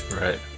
right